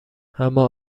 اما